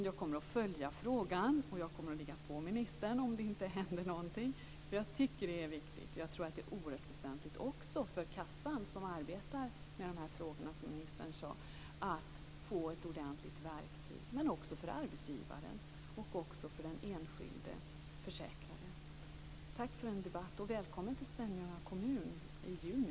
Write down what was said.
Jag kommer att följa frågan, och jag kommer att ligga på ministern om det inte händer någonting, eftersom jag tycker att det är viktigt. Det är också oerhört väsentligt för kassan som arbetar med dessa frågor, som ministern sade, att få ett ordentligt verktyg men också för arbetsgivaren och den enskilde försäkrade. Tack för en debatt och välkommen till Svenljunga kommun i juni!